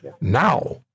now